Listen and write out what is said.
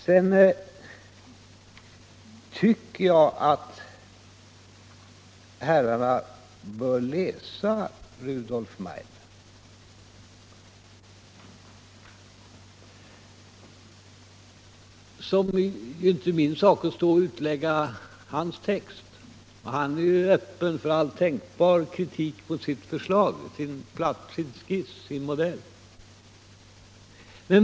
Sedan tycker jag att herrarna bör läsa Rudolf Meidners förslag. Det är inte min sak att lägga ut hans text — han är öppen för all tänkbar kritik mot sitt förslag, sin skiss, sin modell.